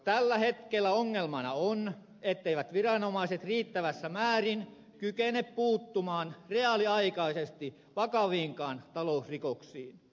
tällä hetkellä ongelmana on etteivät viranomaiset riittävässä määrin kykene puuttumaan reaaliaikaisesti vakaviinkaan talousrikoksiin